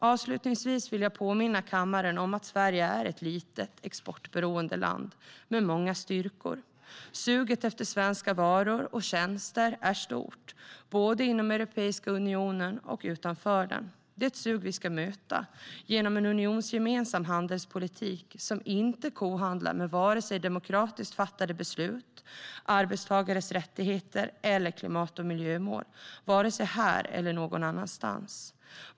Avslutningsvis vill jag påminna kammaren om att Sverige är ett litet och exportberoende land med många styrkor. Suget efter svenska varor och tjänster är stort, både inom Europeiska unionen och utanför den. Det är ett sug som vi ska möta genom en unionsgemensam handelspolitik som inte kohandlar med vare sig demokratiskt fattade beslut, arbetstagares rättigheter eller klimat och miljömål vare sig här eller någon annanstans.